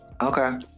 Okay